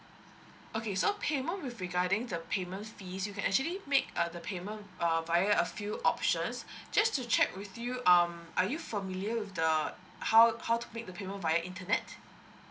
okay so payment with regarding the payments fees you can actually make err the payment err via a few options just to check with you um are you familiar with the how how to make the payment via internet